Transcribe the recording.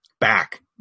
Back